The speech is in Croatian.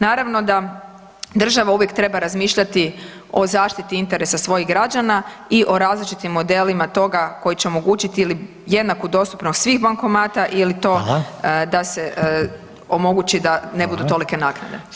Naravno da država uvijek treba razmišljati o zaštiti interesa svojih građana i o različitim modelima toga koji će omogućiti ili jednaku dostupnost svih bankomata ili to da se [[Upadica: Hvala.]] omogući da ne budu tolike naknade.